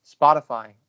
Spotify